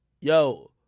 yo